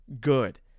good